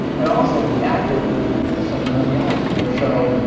and also the actor is sometimes wrong. and so,